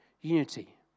unity